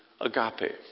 agape